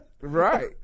Right